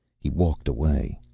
he walked away.